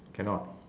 cannot